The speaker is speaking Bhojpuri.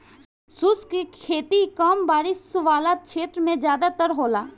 शुष्क खेती कम बारिश वाला क्षेत्र में ज़्यादातर होला